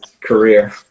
career